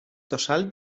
tossal